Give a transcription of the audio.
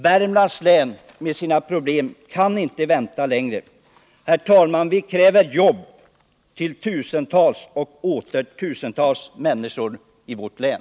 Värmlands län med sina problem kan inte vänta längre. Vi kräver jobb till tusentals och åter tusentals människor i vårt län.